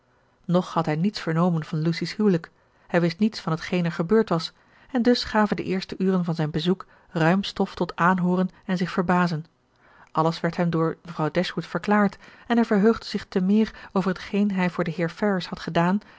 nog had hij niets vernomen van lucy's huwelijk hij wist niets van t geen er gebeurd was en dus gaven de eerste uren van zijn bezoek ruim stof tot aanhooren en zich verbazen alles werd hem door mevrouw dashwood verklaard en hij verheugde zich te meer over t geen hij voor den heer ferrars had gedaan